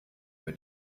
über